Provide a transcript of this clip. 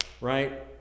right